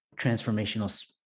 transformational